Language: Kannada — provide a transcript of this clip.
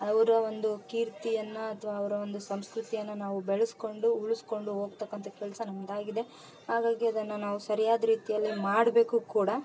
ಅವರ ಒಂದು ಕೀರ್ತಿಯನ್ನ ಅಥ್ವ ಅವರ ಒಂದು ಸಂಸ್ಕೃತಿಯನ್ನ ನಾವು ಬೆಳ್ಸ್ಕೊಂಡು ಉಳ್ಸ್ಕೊಂಡು ಹೋಗ್ತಕ್ಕಂಥ ಕೆಲಸ ನಮ್ಮದಾಗಿದೆ ಹಾಗಾಗಿ ಅದನ್ನ ನಾವು ಸರಿಯಾದ ರೀತಿಯಲ್ಲಿ ಮಾಡಬೇಕು ಕೂಡ